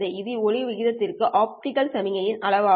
இது ஒலி விகிதத்திற்கு ஆப்டிகல் சமிக்ஞை இன் அளவு ஆகும்